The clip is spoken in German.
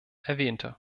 erwähnte